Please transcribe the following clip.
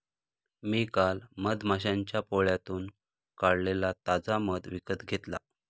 मी काल मधमाश्यांच्या पोळ्यातून काढलेला ताजा मध विकत घेतला